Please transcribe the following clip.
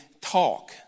talk